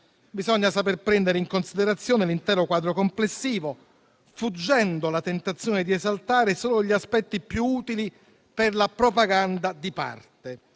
Bisogna saper prendere in considerazione l'intero quadro complessivo, fuggendo la tentazione di esaltare solo gli aspetti più utili per la propaganda di parte,